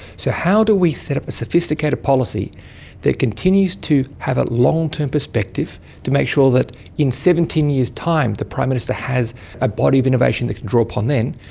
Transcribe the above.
so how do we set up a sophisticated policy that continues to have a long-term perspective to make sure that in seventeen years' time the prime minister has a body of innovation they can draw upon then,